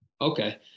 Okay